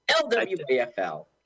L-W-A-F-L